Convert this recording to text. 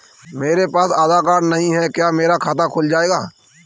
मेरे पास आधार कार्ड नहीं है क्या मेरा खाता खुल जाएगा?